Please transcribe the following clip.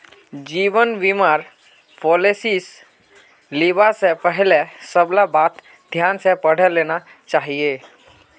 जीवन बीमार पॉलिसीस लिबा स पहले सबला बात ध्यान स पढ़े लेना चाहिए